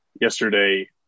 yesterday